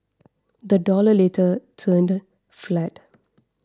the dollar later turned flat